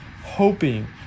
hoping